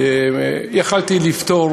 יכולתי לפתור